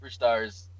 superstars